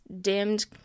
dimmed